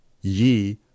ye